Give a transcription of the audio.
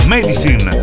Medicine